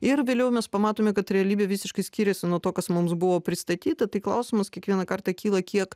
ir vėliau mes pamatome kad realybė visiškai skiriasi nuo to kas mums buvo pristatyta tai klausimas kiekvieną kartą kyla kiek